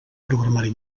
programari